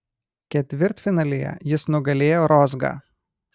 ketvirtfinalyje jis nugalėjo rozgą